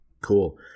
Cool